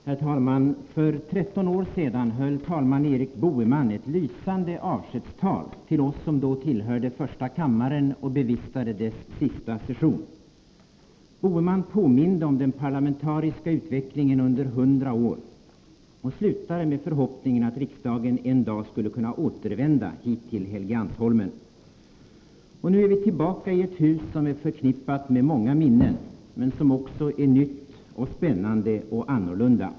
Herr talman! För 13 år sedan höll talman Erik Boheman ett lysande avskedstal till oss som då tillhörde första kammaren och bevistade dess sista session. Boheman påminde om den parlamentariska utvecklingen under 100 år och slutade med förhoppningen att riksdagen en dag skulle kunna återvända till Helgeandsholmen. Nu är vi tillbaka i ett hus som är förknippat med många minnen men som också är nytt och spännande och annorlunda.